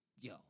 Yo